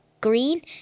green